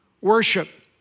worship